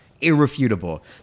irrefutable